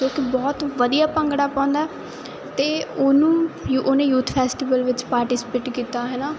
ਜੋ ਕੀ ਬਹੁਤ ਵਧੀਆ ਭੰਗੜਾ ਪਾਉਂਦਾ ਤੇ ਉਹਨੂੰ ਉਹਨੇ ਯੂਥ ਫੈਸਟੀਵਲ ਵਿੱਚ ਪਾਰਟੀਸਪੇਟ ਕੀਤਾ ਹੈਨਾ